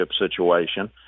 situation